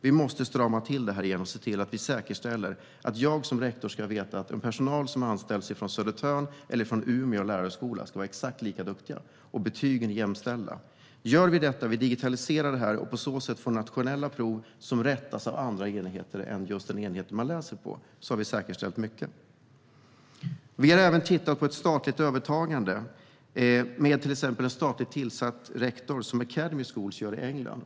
Vi måste strama till genom att säkerställa så att rektorn vet att den personal som anställs från Södertörns eller Umeå lärarhögskola är exakt lika duktig och att betygen är jämställda. Om allt detta digitaliseras och nationella prov rättas av andra enheter än den enhet jag läser på har mycket säkerställts. Sverigedemokraterna har även tittat på frågan om ett statligt övertagande med till exempel en statligt tillsatt rektor, till exempel som academy schools i England.